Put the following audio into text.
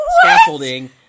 scaffolding